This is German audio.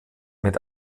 mit